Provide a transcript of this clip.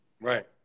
Right